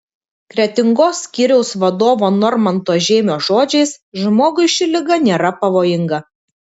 kretingos skyriaus vadovo normanto žeimio žodžiais žmogui ši liga nėra pavojinga